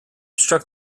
struck